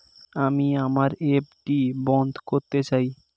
আমি আমার এফ.ডি বন্ধ করতে চাই